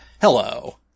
Hello